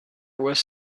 was